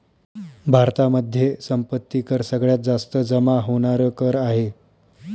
भारतामध्ये संपत्ती कर सगळ्यात जास्त जमा होणार कर आहे